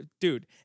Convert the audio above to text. Dude